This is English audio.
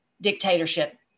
dictatorship